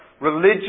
Religion